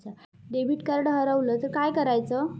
Debit card हरवल तर काय करायच?